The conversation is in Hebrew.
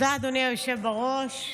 תודה, אדוני היושב בראש.